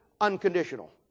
Unconditional